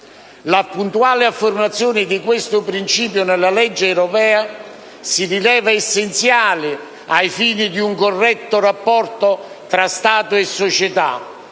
La puntuale affermazione di questo principio nella legge europea si rileva essenziale ai fini di un corretto rapporto tra Stato e società,